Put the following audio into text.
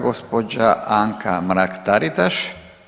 Gđa. Anka Mrak-Taritaš.